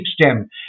STEM